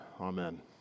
Amen